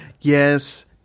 yes